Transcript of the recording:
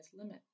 limit